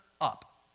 up